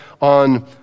on